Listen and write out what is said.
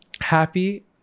happy